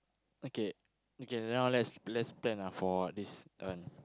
okay okay now let's let's plan ah for this one